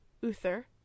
Uther